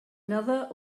another